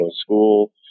school